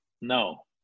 No